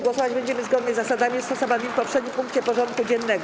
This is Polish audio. Głosować będziemy zgodnie z zasadami stosowanymi w poprzednim punkcie porządku dziennego.